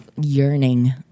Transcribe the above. yearning